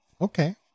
Okay